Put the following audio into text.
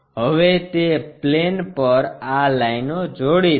હવે તે પ્લેન પર આં લાઇનો જોડી દો